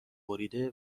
بریده